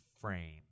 frame